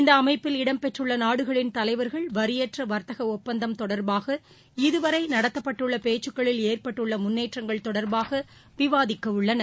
இந்த அமைப்பில் இடம் பெற்றுள்ள நாடுகளின் தலைவர்கள் வரியற்ற வர்த்தக ஒப்பந்தம் தொடர்பாக இதுவரை நடத்தப்பட்டுள்ள பேச்சுகளில் ஏற்பட்டுள்ள முன்னேற்றங்கள் தொடர்பாக விவாதிக்க உள்ளனர்